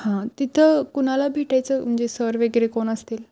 हा तिथं कुणाला भेटायचं म्हणजे सर वगैरे कोण असतील